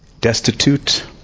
destitute